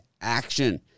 action